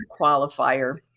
qualifier